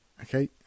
Okay